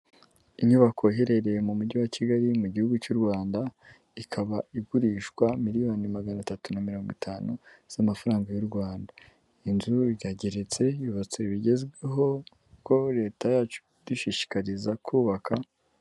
Inyubako iherereye mu mujyi wa kigali mu gihugu cy'u Rwanda ikaba igurishwa miliyoni magana atatu na mirongo itanu z'amafaranga y'u Rwanda, inzu iragereritse yubatse bigezweho ko leta yacu idushishikariza kubaka.